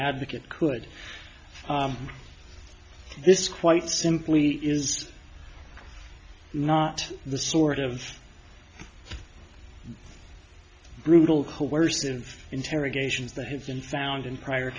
advocate could this quite simply is not the sort of brutal coercive interrogations that have been found in prior